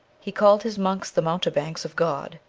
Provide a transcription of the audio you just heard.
he called his monks the mountebanks of god.